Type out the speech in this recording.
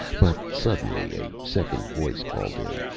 but suddenly a second voice called in,